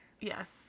Yes